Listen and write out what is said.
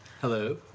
Hello